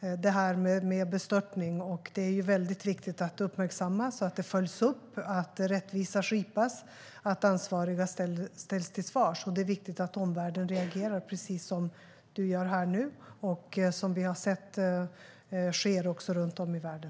detta med bestörtning, och det är mycket viktigt att det uppmärksammas, att det följs upp, att rättvisa skipas och att de ansvariga ställs till svars. Det är viktigt att omvärlden reagerar, precis som Marco Venegas gör här och som vi har sett också sker runt om i världen.